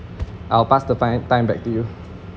I'll pass the time time back to you